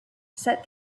said